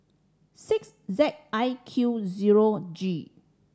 six Z I Q zero G